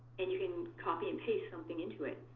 and you can copy and paste something into it.